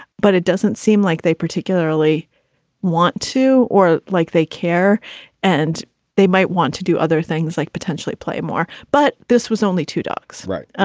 but it doesn't seem like they particularly want to or like they care and they might want to do other things like potentially play more. but this was only two dogs, right?